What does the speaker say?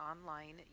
online